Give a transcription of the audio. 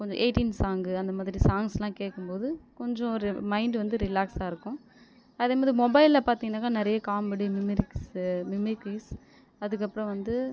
கொஞ்சம் eighties song அந்த மாதிரி சாங்ஸ்லாம் கேட்கும் போது கொஞ்சம் ஒரு மைண்ட் வந்து ரிலாக்ஸ்ஸாக இருக்கும் அதே மாதிரி மொபைலில் பார்த்தீங்கனாக்கா நிறைய காமெடி மிமிக்கிரிஸ் அதுக்கு அப்புறம் வந்து